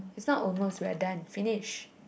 it's not over it's we're done finish